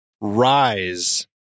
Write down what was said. Rise